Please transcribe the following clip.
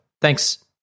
Thanks